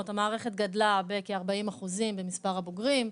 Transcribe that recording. המערכת גדלה בכ-40% במספר הבוגרים.